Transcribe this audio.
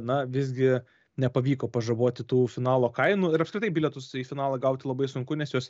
na visgi nepavyko pažaboti tų finalo kainų ir apskritai bilietus į finalą gauti labai sunku nes juos